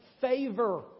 favor